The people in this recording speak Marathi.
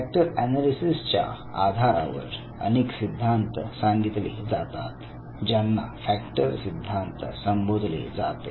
फॅक्टर एनालिसिस त्या आधारावर अनेक सिद्धांत सांगितले जातात ज्यांना फॅक्टर सिद्धांत संबोधले जाते